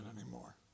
anymore